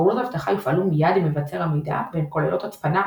פעולות אבטחה יופעלו מיד עם היווצר המידע והן כוללות הצפנה,